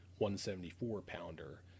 174-pounder